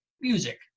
music